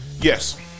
Yes